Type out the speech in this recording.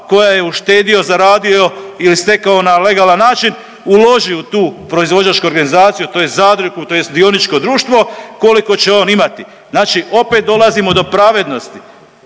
koja je uštedio, zaradio ili stekao na legalan način uloži u tu proizvođačku organizaciju tj. zadrugu tj. dioničko društvo koliko će on imati. Znači opet dolazimo do pravednosti.